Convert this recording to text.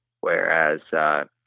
whereas